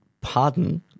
pardon